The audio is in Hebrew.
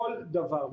כל דבר.